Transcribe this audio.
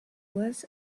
was